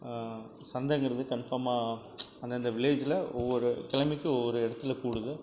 சந்தைங்கிறது கன்ஃபாமாக அந்தந்த வில்லேஜில் ஒவ்வொரு கிழமைக்கு ஒவ்வொரு இடத்துல கூடுது